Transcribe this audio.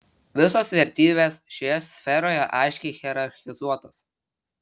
visos vertybės šioje sferoje aiškiai hierarchizuotos